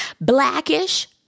Blackish